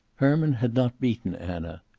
herman had not beaten anna.